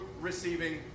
receiving